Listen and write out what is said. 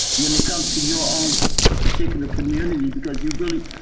when they come to your own but particular community because you really,